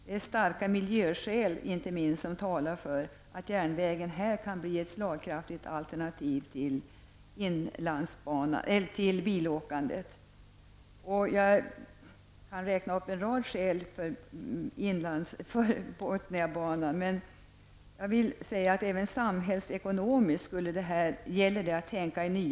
Inte minst starka miljöskäl talar för att järnvägen här kan bli ett slagkraftigt alternativ till bilåkandet. Jag kan räkna upp en rad skäl som talar för Botniabanan. Det gäller att tänka i nya banor även samhällsekonomiskt.